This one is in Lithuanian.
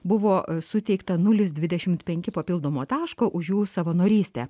buvo suteiktanulis dvidešimt penki papildomo taško už jų savanorystę